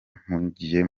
mpugiye